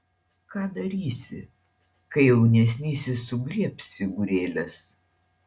ką darysi kai jaunesnysis sugriebs figūrėles